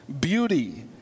beauty